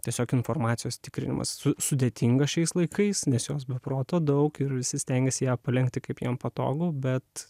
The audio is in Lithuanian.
tiesiog informacijos tikrinimas su sudėtinga šiais laikais nes jos be proto daug ir visi stengiasi ją palenkti kaip jiem patogu bet